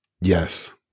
Yes